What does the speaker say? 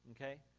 okay